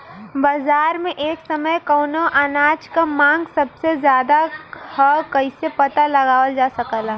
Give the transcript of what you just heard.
बाजार में एक समय कवने अनाज क मांग सबसे ज्यादा ह कइसे पता लगावल जा सकेला?